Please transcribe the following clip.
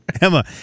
Emma